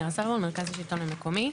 מירה סלומון, מרכז השלטון המקומי.